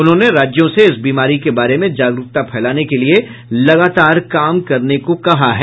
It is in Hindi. उन्होंने राज्यों से इस बीमारी के बारे में जागरूकता फैलाने के लिए लगातार काम करने को कहा है